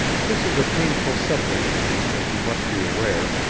this is a painful subject for me, as you must be aware,